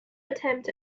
attempt